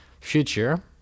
future